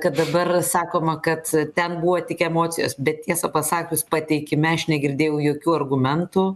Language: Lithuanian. kad dabar sakoma kad ten buvo tik emocijos bet tiesą pasakius pateikime aš negirdėjau jokių argumentų